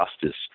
justice